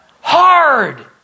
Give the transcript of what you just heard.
Hard